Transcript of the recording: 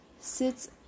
sits